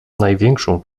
największą